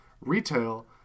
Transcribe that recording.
retail